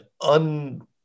un